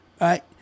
right